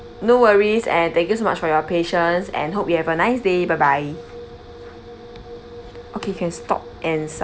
no worries and thank you so much for your patience and hope you have a nice day bye bye okay can stop and